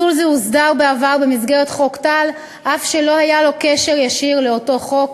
מסלול זה הוסדר בעבר במסגרת חוק טל אף שלא היה לו קשר ישיר לאותו חוק,